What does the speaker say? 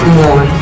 more